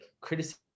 criticism